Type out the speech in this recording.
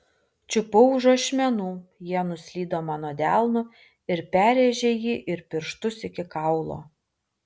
čiupau už ašmenų jie nuslydo mano delnu ir perrėžė jį ir pirštus iki kaulo